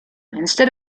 instead